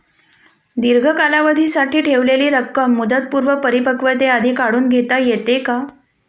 दीर्घ कालावधीसाठी ठेवलेली रक्कम मुदतपूर्व परिपक्वतेआधी काढून घेता येते का?